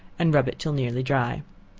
and rub it till nearly dry.